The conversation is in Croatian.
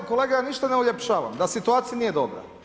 Pa kolega, ja ništa ne uljepšavam, da situacija nije dobra.